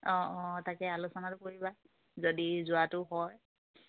অঁ অঁ তাকে আলোচনাতো কৰিবা যদি যোৱাটো হয়